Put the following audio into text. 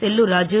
Sellur Raju